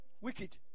Wicked